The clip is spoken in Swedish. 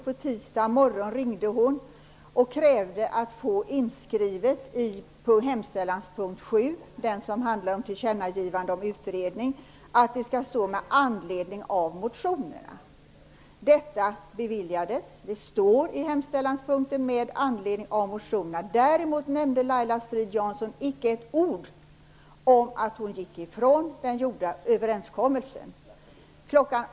På tisdagsmorgonen ringde hon och krävde att få inskrivet ''med anledning av motionerna'' i hemställanspunkt 7, om tillkännagivande om utredning. Detta beviljades och står i hemställanspunkten. Däremot nämnde Laila Strid-Jansson icke ett ord om att hon gick ifrån den gjorda överenskommelsen. Kl.